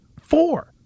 Four